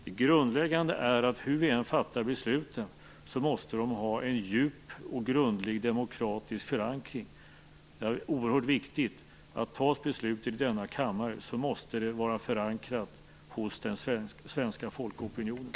Det grundläggande är, att hur vi än fattar besluten så måste de ha en djup och grundlig demokratisk förankring. Det är oerhört viktigt. Om ett beslut fattas i denna kammare måste det vara förankrat hos den svenska folkopinionen.